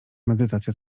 medytacja